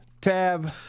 Tab